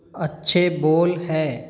अच्छे बोल हैं